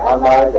ah la and